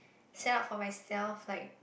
set out for myself like